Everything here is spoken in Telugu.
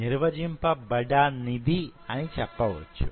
నిర్వజింపబడనిది అని చెప్పవచ్చు